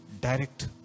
direct